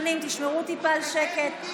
תשמרו טיפה על שקט.